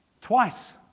twice